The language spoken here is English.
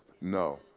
No